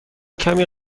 کمی